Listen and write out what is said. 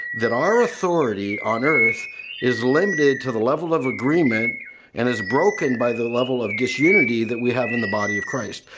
that our authority on earth is lended to the level of agreement and is broken by the level of disunity that we have in the body of christ.